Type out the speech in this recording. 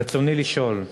רצוני לשאול: